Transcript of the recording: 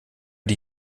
die